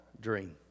Dream